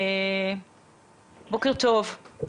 בוקר טוב.